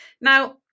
Now